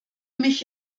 mich